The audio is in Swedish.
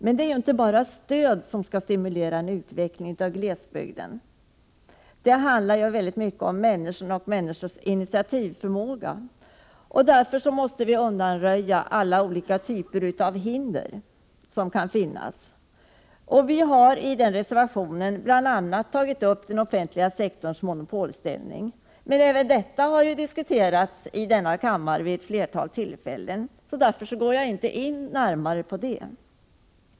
Men det är inte enbart stöd som skall stimulera en utveckling av glesbygden. Det handlar i stor utsträckning om människor och människors initiativförmåga. Därför måste vi undanröja olika typer av hinder som kan finnas. Vi har i reservationen bl.a. tagit upp den offentliga sektorns monopolställning. Men även detta har ju diskuterats i denna kammare vid ett flertal tillfällen, och därför går jag inte in närmare på det.